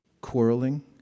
quarreling